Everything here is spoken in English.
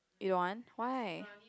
you don't want why